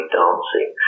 dancing